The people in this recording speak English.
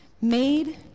made